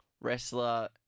wrestler